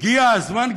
הגיע הזמן,